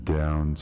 down